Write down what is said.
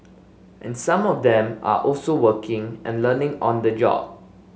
and some of them are also working and learning on the job